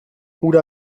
hura